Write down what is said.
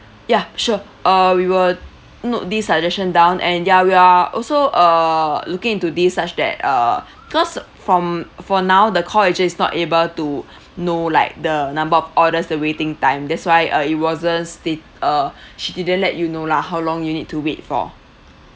ya sure uh we will note this suggestion down and ya we're also err looking into this such that uh cause from for now the call agent is not able to know like the number of orders the waiting time that's why uh it wasn't state~ uh she didn't let you know lah how long you need to wait for